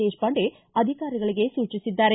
ದೇಶಪಾಂಡೆ ಅಧಿಕಾರಿಗಳಿಗೆ ಸೂಚಿಸಿದ್ದಾರೆ